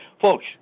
folks